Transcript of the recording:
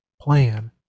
plan